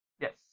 Yes